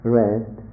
rest